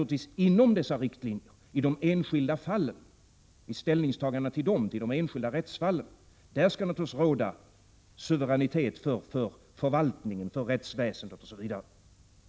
Inom dessa riktlinjer, i de enskilda ställningstagandena och de enskilda rättsfallen, skall det självfallet råda suveränitet för förvaltningen, rättsväsendet osv.